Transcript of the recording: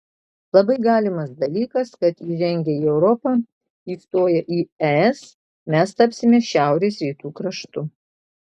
labai galimas dalykas kad įžengę į europą įstoję į es mes tapsime šiaurės rytų kraštu